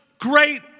great